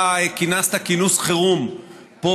אתה כינסת כינוס חירום פה,